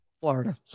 Florida